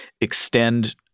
extend